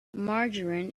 margarine